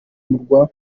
murwa